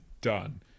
done